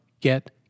get